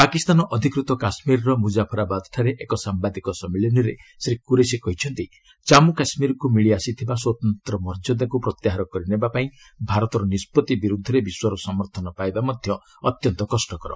ପାକିସ୍ତାନ ଅଧିକୃତ କାଶ୍ମୀରର ମୁଜାଫରାବାଦଠାରେ ଏକ ସାମ୍ବାଦିକ ସମ୍ମିଳନୀରେ ଶ୍ରୀ କୁରେଶି କହିଛନ୍ତି ଜନ୍ମୁ କାଶ୍ମୀରକୁ ମିଳି ଆସିଥିବା ସ୍ୱତନ୍ତ୍ର ମର୍ଯ୍ୟାଦାକୁ ପ୍ରତ୍ୟାହାର କରିନେବାପାଇଁ ଭାରତର ନିଷ୍ପଭି ବିରୁଦ୍ଧରେ ବିଶ୍ୱର ସମର୍ଥନ ପାଇବା ମଧ୍ୟ ଅତ୍ୟନ୍ତ କଷ୍ଟକର